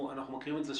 אנחנו מכירים את זה,